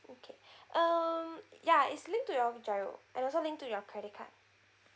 okay um ya it's linked to your GIRO and also linked to your credit card